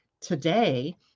today